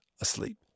asleep